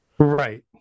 Right